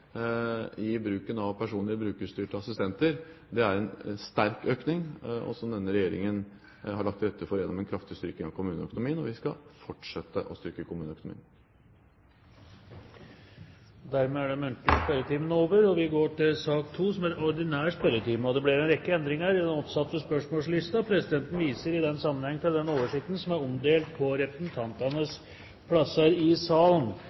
i bruken av brukerstyrte personlige assistenter. Det er en sterk økning, som denne regjeringen har lagt til rette for gjennom en kraftig styrking av kommuneøkonomien, og vi skal fortsette å styrke kommuneøkonomien. Dermed er den muntlige spørretimen omme, og vi går over til den ordinære spørretimen. Det blir en rekke endringer i den oppsatte spørsmålslisten, og presidenten viser i den sammenheng til den oversikten som er omdelt på representantenes plasser i salen.